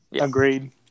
agreed